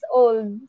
old